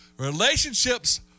Relationships